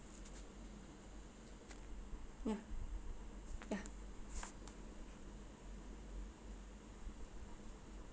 ya ya